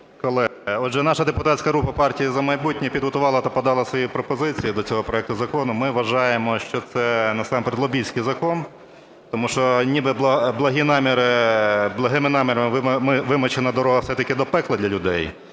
отже, наша депутатська група "Партії "За майбутнє" підготувала та подала свої пропозиції до цього проекту закону. Ми вважаємо, що це насамперед лобістський закон, тому що ніби благі наміри, благими намірами вимощена дорога все-таки до пекла для людей